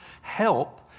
help